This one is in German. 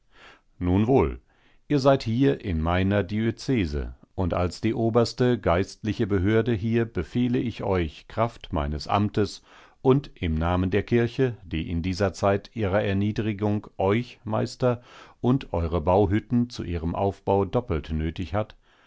nun wohl ihr seid hier in meiner diözese und als die oberste geistliche behörde hier befehle ich euch kraft meines amtes und im namen der kirche die in dieser zeit ihrer erniedrigung euch meister und eure bauhütten zu ihrem aufbau doppelt nötig hat